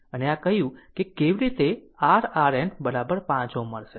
અને આ કહ્યું કે કેવી રીતે r RN 5 Ω મળશે